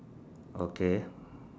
okay